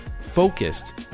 focused